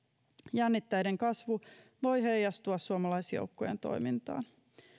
jännitteiden kasvu voi heijastua suomalaisjoukkojen toimintaan